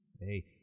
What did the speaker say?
Hey